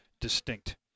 distinct